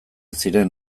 ziren